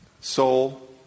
soul